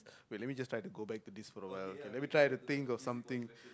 wait let me just try to go back to this for awhile let me try to think of something